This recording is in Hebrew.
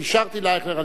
כי אפשרתי לאייכלר,